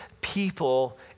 people